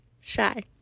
shy